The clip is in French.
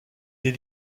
des